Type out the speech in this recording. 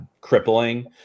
crippling